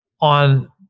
on